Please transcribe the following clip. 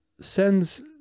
sends